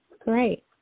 great